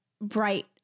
bright